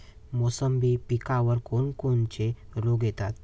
मोसंबी पिकावर कोन कोनचे रोग येतात?